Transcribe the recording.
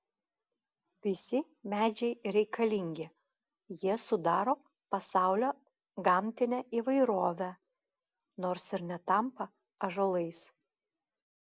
visi medžiai reikalingi jie sudaro pasaulio gamtinę įvairovę nors ir netampa ąžuolais